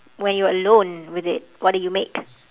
when you're alone with it what do you make